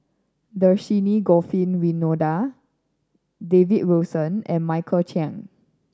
Dhershini Govin Winodan David Wilson and Michael Chiang